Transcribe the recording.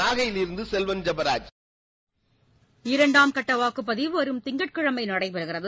நாகையிலிருந்து செல்வன் ஜெபாஜ் இரண்டாம் கட்ட வாக்குப்பதிவு வரும் திங்கட்கிழமை நடைபெறுகிறது